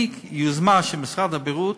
אני, כיוזמה של משרד הבריאות,